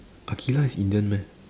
Aqilah is Indian meh